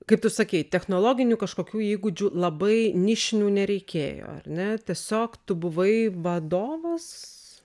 kaip tu sakei technologinių kažkokių įgūdžių labai nišinių nereikėjo ar ne tiesiog tu buvai vadovas